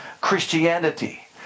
Christianity